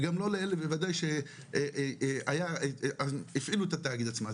וגם לא לאלה בוודאי שהפעילו את התאגיד עצמו.